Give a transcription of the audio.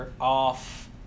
off